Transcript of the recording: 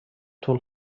طول